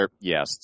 Yes